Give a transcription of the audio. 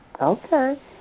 Okay